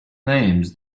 names